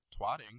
twatting